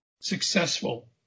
successful